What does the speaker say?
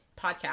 podcast